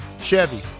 Chevy